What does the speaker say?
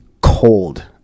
cold